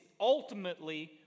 ultimately